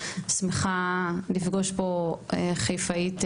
שמחה לפגוש פה חיפאית,